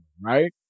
right